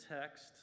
text